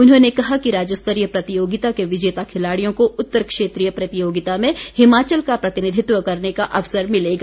उन्होंने कहा कि राज्यस्तरीय प्रतियोगिता के विजेता खिलाड़ियों को उत्तर क्षेत्रीय प्रतियोगिता में हिमाचल का प्रतिनिधित्व करने का अवसर मिलेगा